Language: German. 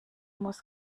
muss